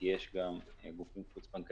כי יש גם גופים חוץ-בנקאיים,